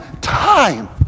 time